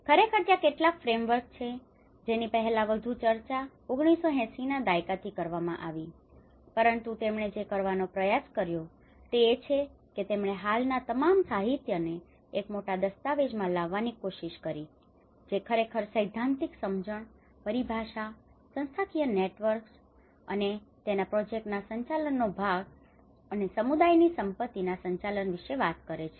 ખરેખર ત્યાં કેટલાક ફ્રેમવર્ક છે જેની પહેલા વધુ ચર્ચા 1980ના દાયકાથી કરવામાં આવી છે પરંતુ તેમણે જે કરવાનો પ્રયાસ કર્યો તે એ છે કે તેમણે હાલના તમામ સાહિત્યને એક મોટા દસ્તાવેજમાં લાવવાની કોશિશ કરી જે ખરેખર સૈદ્ધાંતિક સમજણ પરિભાષા સંસ્થાકીય નેટવર્ક્સ અને તેના પ્રોજેક્ટના સંચાલનનો ભાગ અને સમુદાયની સંપત્તિના સંચાલન વિશે વાત કરે છે